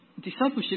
Discipleship